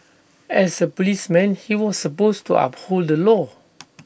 as A policeman he was supposed to uphold the law